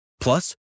Plus